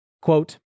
Quote